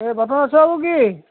ଏ ବାବୁ କି